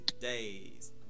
days